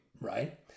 right